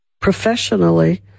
professionally